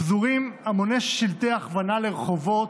פזורים המוני שלטי הכוונה לרחובות,